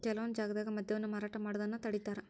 ಕೆಲವೊಂದ್ ಜಾಗ್ದಾಗ ಮದ್ಯವನ್ನ ಮಾರಾಟ ಮಾಡೋದನ್ನ ತಡೇತಾರ